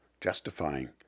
justifying